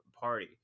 party